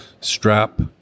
strap